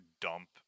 dump